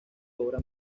obra